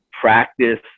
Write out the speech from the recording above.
Practice